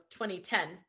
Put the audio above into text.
2010